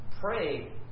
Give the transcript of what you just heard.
Pray